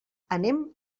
anem